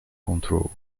control